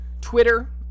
Twitter